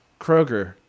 kroger